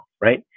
right